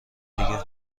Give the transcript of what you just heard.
دیگه